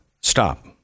stop